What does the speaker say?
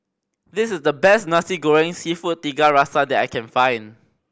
this is the best Nasi Goreng Seafood Tiga Rasa that I can find